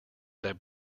that